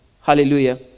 Hallelujah